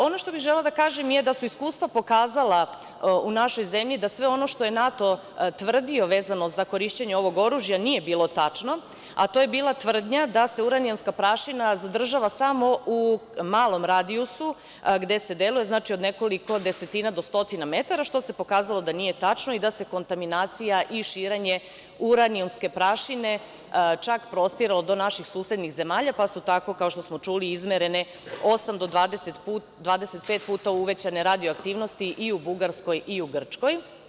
Ono što bih želela da kažem da su iskustva pokazala u našoj zemlji da sve ono što je NATO tvrdio za korišćenje ovog oružja nije bilo tačno, a to je bila tvrdnja da se uranijumska prašina zadržava samo u malom radijusu gde se deluje od nekoliko desetina do stotina metara što se pokazalo da nije tačno i da kontaminacija i širenje uranijumske prašine čak prostiralo do naših susednih zemalja, pa su tako kao što smo čuli izmerene osam do dvadeset puta radio aktivnosti i u Bugarskoj i u Grčakoj.